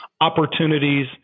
opportunities